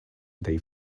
they